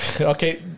Okay